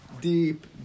deep